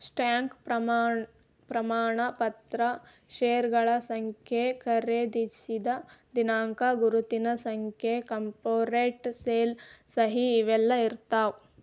stock ಪ್ರಮಾಣ ಪತ್ರ ಷೇರಗಳ ಸಂಖ್ಯೆ ಖರೇದಿಸಿದ ದಿನಾಂಕ ಗುರುತಿನ ಸಂಖ್ಯೆ ಕಾರ್ಪೊರೇಟ್ ಸೇಲ್ ಸಹಿ ಇವೆಲ್ಲಾ ಇರ್ತಾವ